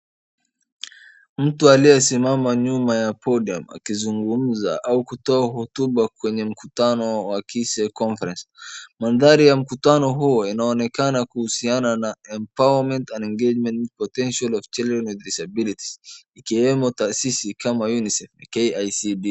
Mtu aliyesimama nyuma ya podium akizungumza au kutoa hotuba kwenye mkutano wa KISE CONFERENCE . Mandhari ya mkutano huo inaonekana kuhusiana na EMPOWERMENT AND ENGAGEMENT IN POTENTIAL OF CHILDREN WITH DISSABILITIES ikiwemo taasisi kama: UNICEF, KICD .